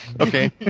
Okay